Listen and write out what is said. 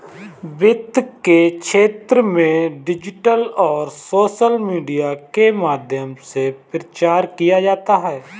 वित्त के क्षेत्र में डिजिटल और सोशल मीडिया के माध्यम से प्रचार किया जाता है